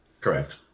Correct